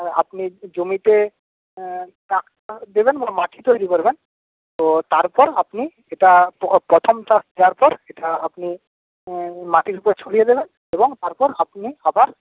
আপনি জমিতে ট্রাক্টর দেবেন বা মাটি তৈরি করবেন তো তারপর আপনি এটা প প্রথম চাষ দেওয়ার পর এটা আপনি মাটির উপর ছড়িয়ে দেবেন এবং তারপর আপনি আবার